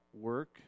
work